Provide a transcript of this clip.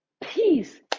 peace